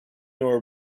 nor